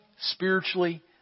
spiritually